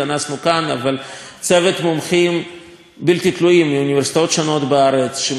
אבל צוות מומחים בלתי תלויים מאוניברסיטאות שונות בארץ שמונה ביחד גם